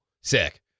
Sick